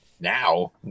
now